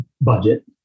budget